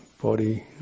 body